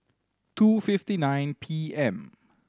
two fifty nine P M